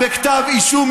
בכתב אישום,